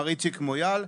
מר איציק מויאל,